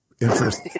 interest